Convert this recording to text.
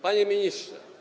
Panie Ministrze!